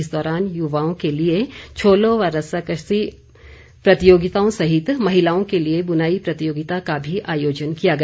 इस दौरान युवाओं के लिए छोलो व रस्साकस्सी प्रतियोगिताओं सहित महिलाओं के लिए बुनाई प्रतियोगिता का भी आयोजन किया गया